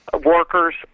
workers